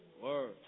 Word